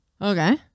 Okay